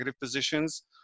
positions